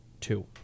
two